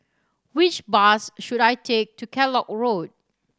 which bus should I take to Kellock Road